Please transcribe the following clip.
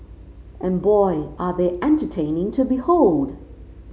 and boy are they entertaining to behold